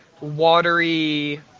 watery